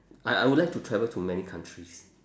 I I would like to travel to many countries